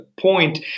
point